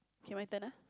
kay my turn ah